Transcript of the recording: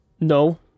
No